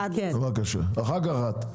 בבקשה, אחר כך את.